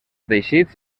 teixits